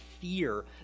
fear